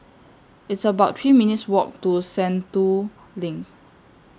It's about three minutes' Walk to Sentul LINK